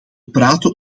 praten